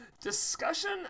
Discussion